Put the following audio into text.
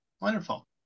wonderful